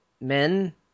men